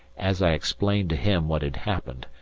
as i explained to him what had happened,